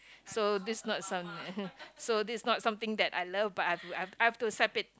so this is not some so this is not something that I love but I've to I've I've to accept it